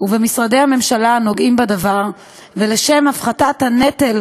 ובמשרדי הממשלה הנוגעים בדבר ולשם הפחתת הנטל